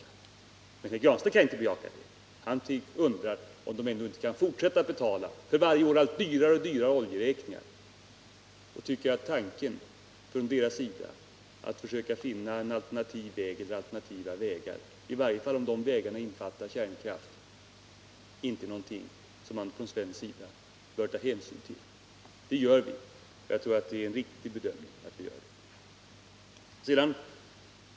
Men herr Granstedt kan inte bejaka det. Han undrar om Turkiet inte kan fortsätta att betala de för varje år allt dyrare oljeräkningarna. Han tycker att tanken från Turkiets sida att försöka finna alternativa vägar för sin energiförsörjning — i varje fall om de vägarna innefattar kärnkraft — inte är någonting som man från svensk sida bör ta hänsyn till. Men det gör vi i regeringen. Och jag tror att det är en riktig bedömning.